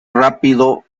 rápido